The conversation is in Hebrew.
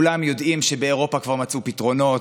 כולם יודעים שבאירופה כבר מצאו פתרונות,